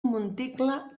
monticle